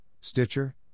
Stitcher